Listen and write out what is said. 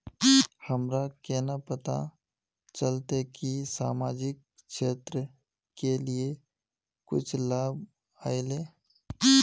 हमरा केना पता चलते की सामाजिक क्षेत्र के लिए कुछ लाभ आयले?